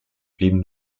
blieben